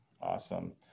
Awesome